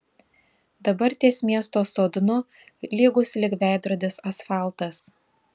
dabar ties miesto sodnu lygus lyg veidrodis asfaltas